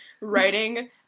writing